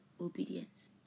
Obedience